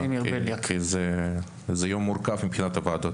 זה יום מורכב מבחינת הוועדות,